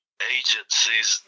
Agencies